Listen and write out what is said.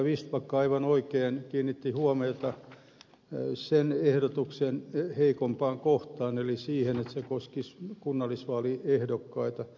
vistbacka aivan oikein kiinnitti huomiota sen ehdotuksen heikoimpaan kohtaan eli siihen että se koskisi kunnallisvaaliehdokkaita